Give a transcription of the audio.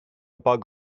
bug